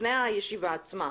לפני הישיבה עצמה.